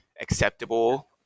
acceptable